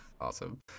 Awesome